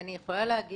אני יכולה להגיד